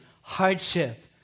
hardship